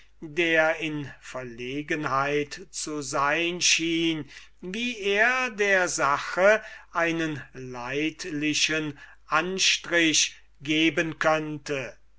der in verlegenheit zu sein schien wie er der sache einen leidlichen anstrich geben könnte